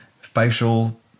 facial